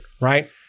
right